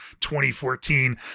2014